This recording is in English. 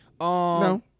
No